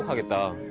um get down?